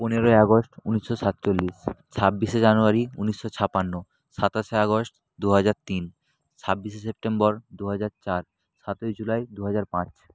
পনেরোই আগস্ট উনিশশো সাতচল্লিশ ছাব্বিশে জানুয়ারি উনিশশো ছাপান্নো সাতাশে আগস্ট দু হাজার তিন ছাব্বিশে সেপ্টেম্বর দু হাজার চার সাতই জুলাই দু হাজার পাঁচ